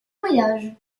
voyage